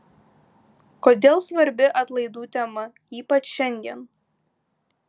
kodėl svarbi atlaidų tema ypač šiandien